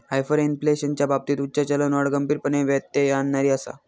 हायपरइन्फ्लेशनच्या बाबतीत उच्च चलनवाढ गंभीरपणे व्यत्यय आणणारी आसा